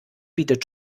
bietet